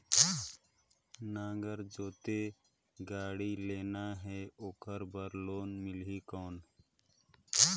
नागर जोते गाड़ी लेना हे ओकर बार लोन मिलही कौन?